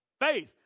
Faith